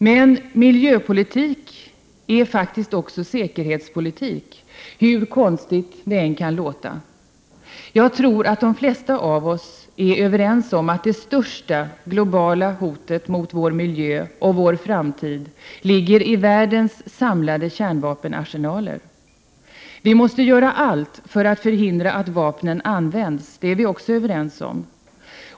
Men miljöpolitik är faktiskt också säkerhetspolitik, hur konstigt det än kan låta. Jag tror att de flesta av oss är överens om att det största, globala hotet mot vår miljö och vår framtid ligger i världens samlade kärnvapenarsenaler. Vi måste göra allt för att förhindra att vapnen används, det är vi också överens om.